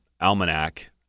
almanac